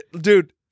Dude